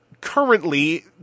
currently